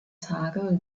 tage